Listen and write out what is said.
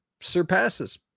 surpasses